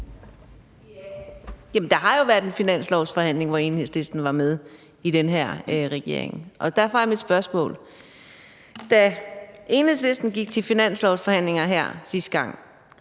der har jo været en finanslovsforhandling, hvor Enhedslisten var med, under den her regering. Derfor er mit spørgsmål, om Enhedslisten – da Enhedslisten gik til finanslovsforhandlinger her sidste gang